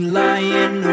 lying